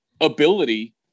ability